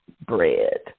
bread